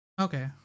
Okay